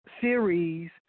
Series